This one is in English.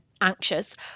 anxious